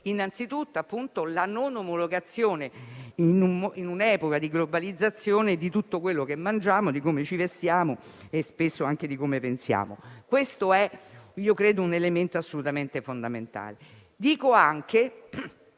innanzitutto la non omologazione, in un'epoca di globalizzazione di tutto quello che mangiamo, di come ci vestiamo e spesso anche di come pensiamo. Credo che questo sia un elemento assolutamente fondamentale.